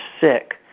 sick